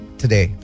today